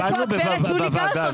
איפה הגב' שולי גרסון?